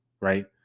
right